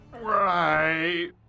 Right